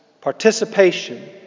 participation